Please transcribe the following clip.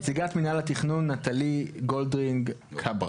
נציגת מינהל התכנון נטלי גולדרינג כברה.